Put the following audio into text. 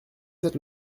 cette